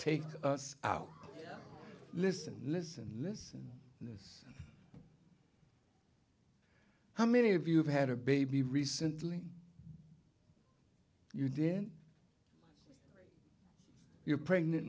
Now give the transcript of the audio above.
take us out listen listen listen yes how many of you have had a baby recently you did you're pregnant